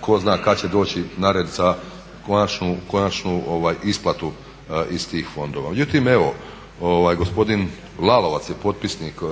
tko zna kada će doći na red za konačnu isplatu iz tih fondova. Međutim, evo gospodin Lalovac je potpisnik